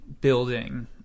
building